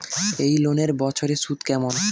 এই লোনের বছরে সুদ কেমন?